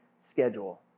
schedule